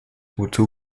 wozu